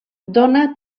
dóna